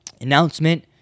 Announcement